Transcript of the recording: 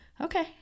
Okay